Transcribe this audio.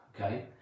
okay